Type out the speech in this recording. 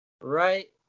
right